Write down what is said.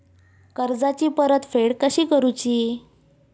कर्जाची परतफेड कशी करुची?